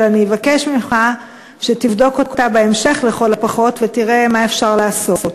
אבל אני אבקש ממך שתבדוק אותה בהמשך לכל הפחות ותראה מה אפשר לעשות.